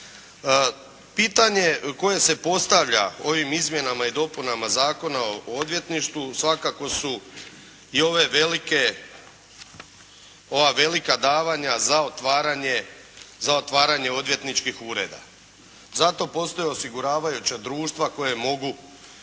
Pitanje koje se postavlja ovim izmjenama i dopunama Zakona o odvjetništvu svakako su i ove velike, ova velika davanja za otvaranje odvjetničkih ureda. Zato postoje osiguravajuća društva koja mogu